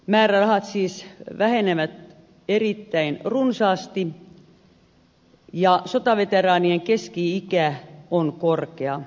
määrärahat siis vähenevät erittäin runsaasti ja sotaveteraanien keski ikä on korkea